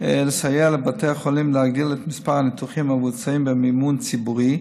לסייע לבתי החולים להגדיל את מספר הניתוחים המבוצעים במימון ציבורי,